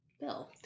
Bill